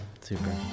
Super